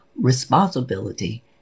responsibility